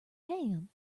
tan